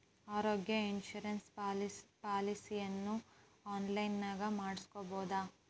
ಆರೋಗ್ಯ ಇನ್ಸುರೆನ್ಸ್ ಪಾಲಿಸಿಯನ್ನು ಆನ್ಲೈನಿನಾಗ ಮಾಡಿಸ್ಬೋದ?